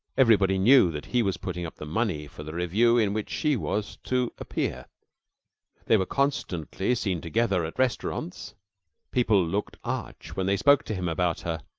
everybody knew that he was putting up the money for the revue in which she was to appear they were constantly seen together at restaurants people looked arch when they spoke to him about her.